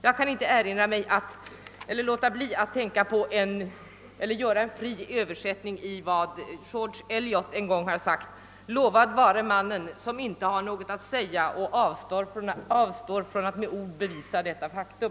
Jag kan inte låta bli att göra en fri översättning av vad George Eliot sagt: »Lovad vare mannen som inte har något att säga och avstår från att med ord bevisa detta faktum.»